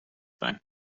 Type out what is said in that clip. sein